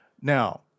Now